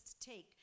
take